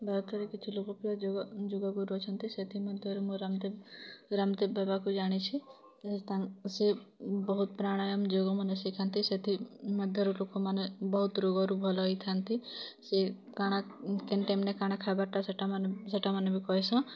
ଭାରତରେ କିଛି ଲୋକ ପ୍ରିୟ ଯୋଗ ଯୋଗ ଗୁରୁ ଅଛନ୍ତି ସେଥି ମଧ୍ୟରୁ ମୁଁ ରାମଦେବ ରାମଦେବ ବାବାକୁ ଜାଣିଛି ତାଙ୍କ ସେ ବହୁତ ପ୍ରାଣାୟାମ୍ ଯୋଗମାନ ଶିଖାନ୍ତି ସେଥିମଧ୍ୟରୁ ଲୋକମାନେ ବହୁତ ରୋଗରୁ ଭଲ ହେଇଥାନ୍ତି ସେ କାଣା କେନ୍ ଟାଇମ୍ନେ କାଣା ଖାଇବାଟା ସେଟାମାନେ ସେଟାମାନେ ବି କହେସନ୍